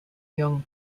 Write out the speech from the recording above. young